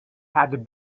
had